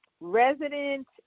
resident